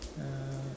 uh